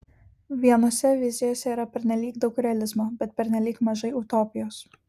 vienose vizijose yra pernelyg daug realizmo bet pernelyg mažai utopijos